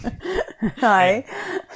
Hi